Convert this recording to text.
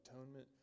atonement